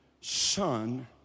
Son